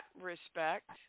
respect